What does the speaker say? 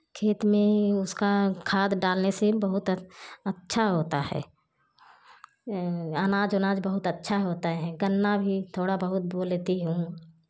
खेत में उसका खाद डालने से बहुत अच्छा होता है आनाज वनाज बहुत अच्छा होता है गन्ना भी थोड़ा बहुत बो लेती हूँ